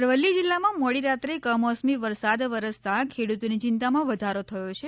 અરવલ્લી જિલ્લામાં મોડી રાત્રે કમોસમી વરસાદ વરસતા ખેડૂતોની ચિંતામાં વધારો થયો છે